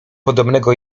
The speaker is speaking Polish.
podobnego